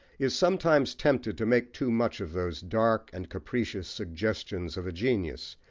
is sometimes tempted to make too much of those dark and capricious suggestions of genius,